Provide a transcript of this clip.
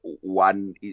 one